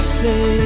say